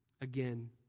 again